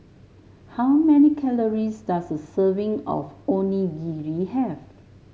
how many calories does a serving of Onigiri have